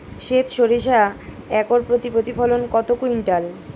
সেত সরিষা একর প্রতি প্রতিফলন কত কুইন্টাল?